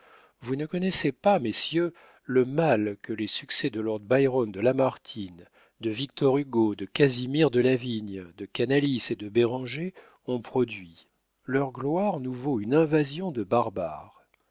vous ne connaissez pas messieurs le mal que les succès de lord byron de lamartine de victor hugo de casimir delavigne de canalis et de béranger ont produit leur gloire nous vaut une invasion de barbares